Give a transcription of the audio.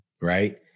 right